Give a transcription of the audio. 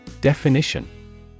Definition